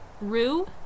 Rue